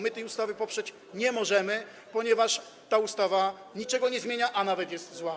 My tej ustawy poprzeć nie możemy, ponieważ ona niczego nie zmienia, a nawet jest zła.